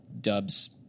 dubs